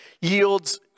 yields